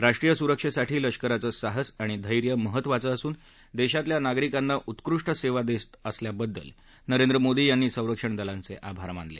राष्ट्रीय सुरक्षेसाठी लष्कराचं साहस आणि धर्मीमहत्वाचं असून देशातल्या नागरिकांना उत्कृष्ट सेवा देत असल्याबद्दल नरेंद्र मोदी यांनी संरक्षण दलांचे आभार मानले